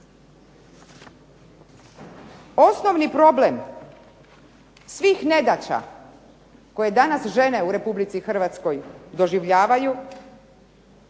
Osnovni problem svih nedaća, koje danas žene u Republici Hrvatskoj doživljavaju